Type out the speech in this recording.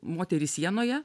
moterį sienoje